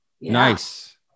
Nice